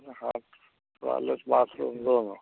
हाँ toilet bathroom दोनों